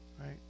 right